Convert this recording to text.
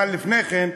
אבל לפני כן,